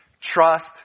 Trust